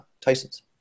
Tyson's